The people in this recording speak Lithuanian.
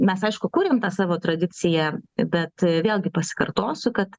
mes aišku kuriam tą savo tradiciją bet vėlgi pasikartosiu kad